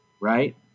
Right